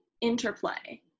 interplay